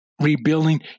rebuilding